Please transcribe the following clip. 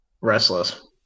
restless